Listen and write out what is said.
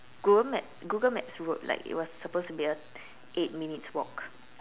Google map Google maps wrote like it was supposed to be a eight minutes walk